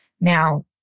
now